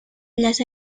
las